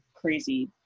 crazy